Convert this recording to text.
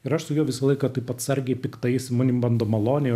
ir aš su juo visą laiką taip atsargiai piktai jis manim bando maloniai